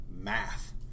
math